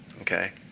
okay